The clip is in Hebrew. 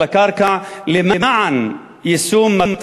על הקרקע,